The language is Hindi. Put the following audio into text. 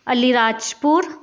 अलीराजपुर